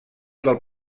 del